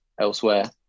elsewhere